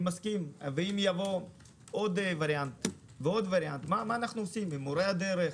ואם יבואו עוד וריאנט ועוד וריאנט מה אנחנו עושים עם מורי הדרך,